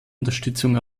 unterstützung